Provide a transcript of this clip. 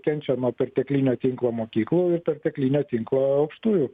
kenčia nuo perteklinio tinklo mokyklų ir perteklinio tinklo aukštųjų